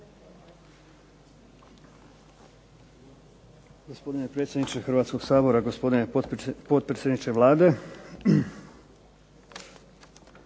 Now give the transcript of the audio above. Gospodine predsjedniče Hrvatskog sabora, gospodine potpredsjedniče Vlade.